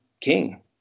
king